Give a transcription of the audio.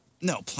No